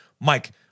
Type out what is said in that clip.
Mike